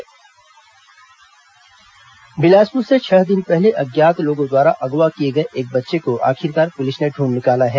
विराट वापसी बिलासपुर से छह दिन पहले अज्ञात लोगों द्वारा अगवा किए गए एक बच्चे को आखिरकार पुलिस ने ढूंढ निकाला है